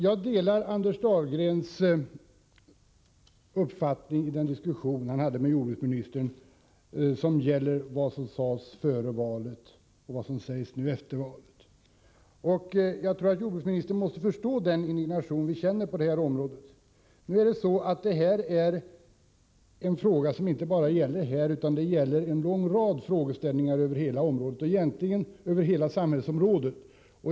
Jag delar Anders Dahlgrens uppfattning i den diskussion han hade med jordbruksministern om vad som sades före valet och vad som sägs nu efter valet. Jag tror att jordbruksministern måste förstå den indignation vi känner på detta område. Frågan gäller emellertid inte bara detta utan en lång rad frågor över hela detta område, egentligen hela samhällsområdet.